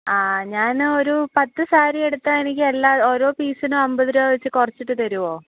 ആ ഞാന് ഒരു പത്ത് സാരി എടുത്താൽ എനിക്ക് എല്ലാ ഓരോ പീസിനും അമ്പത് രൂപ വെച്ച് കുറച്ചിട്ട് തരുമോ